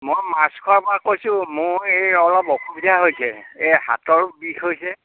মই মাছখোৱাৰ পৰা কৈছোঁ মোৰ এই অলপ অসুবিধা হৈছে এই হাতৰো বিষ হৈছে